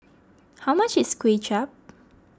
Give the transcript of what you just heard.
how much is Kuay Chap